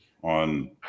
on